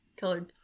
colored